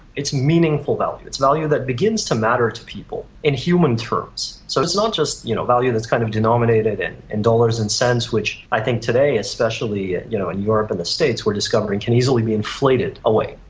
it's meaningful value, it's value that begins to matter to people in human terms. so it's not just you know value that is kind of denominated in in dollars and cents which i think today especially you know in europe and the states we're discovering can easily be inflated away.